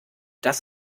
das